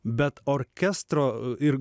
bet orkestro ir